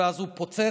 ואז הוא פוצץ,